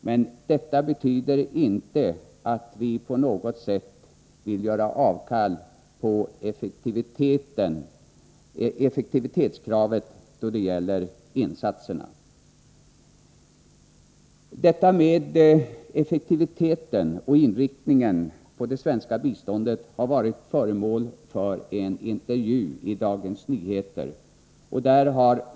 Men det betyder inte att vi på något sätt vill göra avkall på effektivitetskravet i fråga om insatserna. Frågan om effektiviteten och inriktningen på det svenska biståndet har alltså varit föremål för en intervju i Dagens Nyheter.